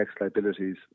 liabilities